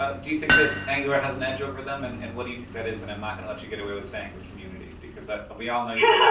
ah do you think that angular has an edge over them and and what do you think that is? and i'm not gonna let you get away with saying the community, because we all know yeah